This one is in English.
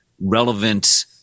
relevant